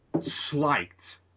slight